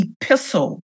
epistle